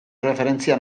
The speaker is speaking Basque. erreferentzia